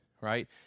right